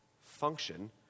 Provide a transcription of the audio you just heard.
function